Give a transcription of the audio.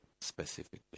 specifically